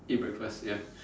eat breakfast ya